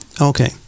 okay